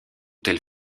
telle